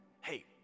hey